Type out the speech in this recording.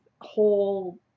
whole